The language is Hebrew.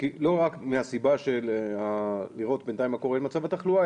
לא רק מהסיבה של לראות בינתיים מה קורה עם מצב התחלואה,